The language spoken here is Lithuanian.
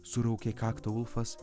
suraukė kaktą ulfas